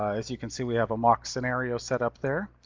as you can see, we have a mock scenario set up there.